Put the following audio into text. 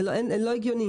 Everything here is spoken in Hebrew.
זה לא הגיוני.